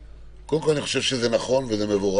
קודם כול, אני חושב שזה נכון ומבורך.